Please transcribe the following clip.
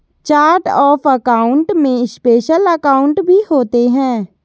chart of account में special account भी होते हैं